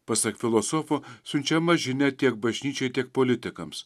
pasak filosofo siunčiama žinia tiek bažnyčiai tiek politikams